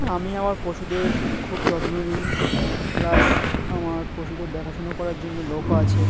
আমি আমার পশুদের খুব যত্ন নিই প্লাস আমার পশুদের দেখাশোনা করার জন্যে লোকও আছে